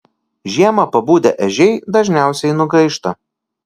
žiemą pabudę ežiai dažniausiai nugaišta